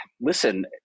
listen